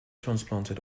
transplanted